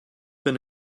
been